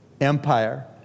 empire